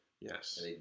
Yes